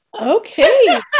Okay